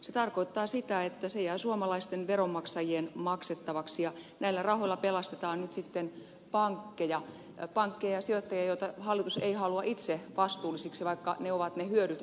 se tarkoittaa sitä että se jää suomalaisten veronmaksajien maksettavaksi ja näillä rahoilla pelastetaan nyt sitten pankkeja ja sijoittajia joita hallitus ei halua itse vastuullisiksi vaikka ne ovat ne hyödyt aikoinaan keränneet